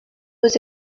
was